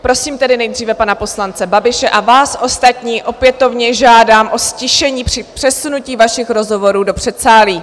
Prosím tedy nejdříve pana poslance Babiše, a vás ostatní opětovně žádám o ztišení, přesunutí vašich rozhovorů do předsálí...